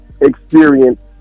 Experience